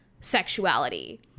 sexuality